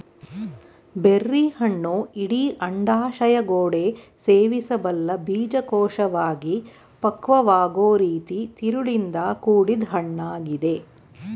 ಬೆರ್ರಿಹಣ್ಣು ಇಡೀ ಅಂಡಾಶಯಗೋಡೆ ಸೇವಿಸಬಲ್ಲ ಬೀಜಕೋಶವಾಗಿ ಪಕ್ವವಾಗೊ ರೀತಿ ತಿರುಳಿಂದ ಕೂಡಿದ್ ಹಣ್ಣಾಗಿದೆ